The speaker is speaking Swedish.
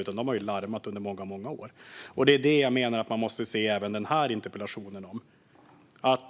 utan de har larmat under många, många år. Det är detta jag menar att man måste se även när det gäller den här interpellationen.